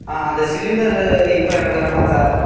ஆ அந்த சிலிண்டரு இப்போ எனக்கு வேண்டாம் சார்